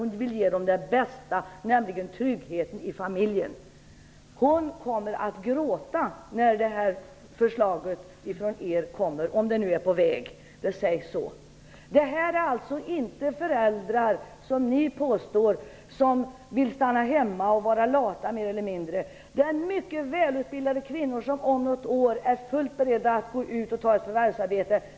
Hon vill ge dem det bästa, nämligen trygghet i familjen. Hon kommer att gråta när det här förslaget från er kommer, om det nu är på väg, och det sägs så. Det här är alltså inte föräldrar som vill stanna hemma och vara mer eller mindre lata, som ni påstår, utan mycket välutbildade kvinnor, som om något år är fullt beredda att gå ut och ta ett förvärvsarbete.